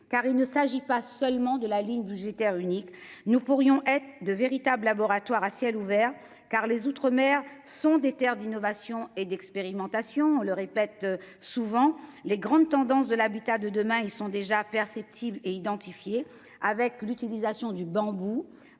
car il ne s'agit pas seulement de la ligne budgétaire unique, nous pourrions être de véritables laboratoires à ciel ouvert. Car les outre-Outre-mer sont des Terres d'innovation et d'expérimentation, le répète souvent les grandes tendances de l'habitat de demain. Ils sont déjà perceptibles et identifié avec l'utilisation du bambou.